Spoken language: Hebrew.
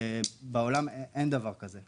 בעולם אין דבר כזה.